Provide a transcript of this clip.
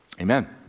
Amen